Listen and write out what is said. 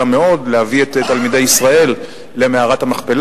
מאוד להביא את תלמידי ישראל למערת המכפלה.